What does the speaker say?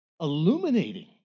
Illuminating